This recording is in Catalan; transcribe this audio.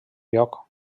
lloc